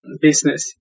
business